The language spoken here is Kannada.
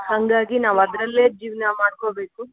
ಹಾಗಾಗಿ ನಾವು ಅದರಲ್ಲೇ ಜೀವನ ಮಾಡ್ಕೊಬೇಕು